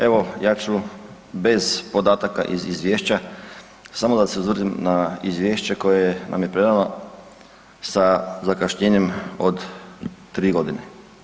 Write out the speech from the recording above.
Evo ja ću bez podataka iz izvješća, samo da se osvrnem na izvješće koje nam je predano sa zakašnjenjem od 3.g.